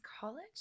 college